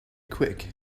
quick